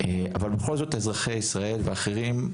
אבל בכל זאת אזרחי ישראל ואחרים,